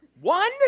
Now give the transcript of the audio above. One